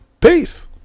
peace